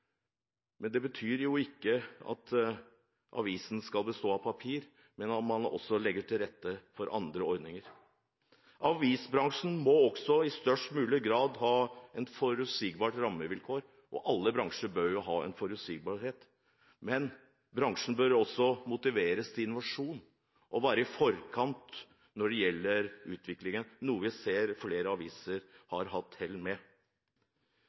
Men det betyr ikke at avisen skal bestå av papir, men at man også legger til rette for andre ordninger. Avisbransjen må også i størst mulig grad ha forutsigbare rammevilkår. Alle bransjer bør ha en forutsigbarhet. Men bransjen bør også motiveres til innovasjon og være i forkant når det gjelder utviklingen, noe vi ser flere aviser har hatt hell med.